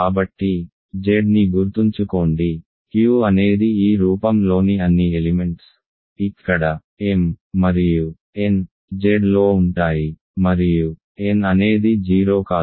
కాబట్టి Z ని గుర్తుంచుకోండి Q అనేది ఈ రూపం లోని అన్ని ఎలిమెంట్స్ ఇక్కడ m మరియు n Zలో ఉంటాయి మరియు n అనేది 0 కాదు